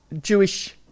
Jewish